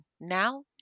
now